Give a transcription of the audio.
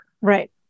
Right